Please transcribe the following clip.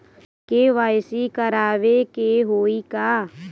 KYC करावे के होई का?